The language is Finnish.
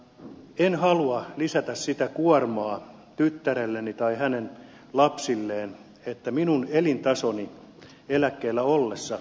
en halua lisätä sitä kuormaa tyttärelleni tai hänen lapsilleen että minun elintasoni eläkkeellä ollessa nousisi